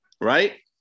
right